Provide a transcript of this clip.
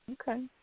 Okay